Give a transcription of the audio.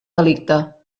delicte